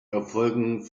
erfolgen